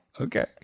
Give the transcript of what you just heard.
Okay